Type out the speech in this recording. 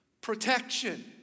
Protection